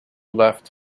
left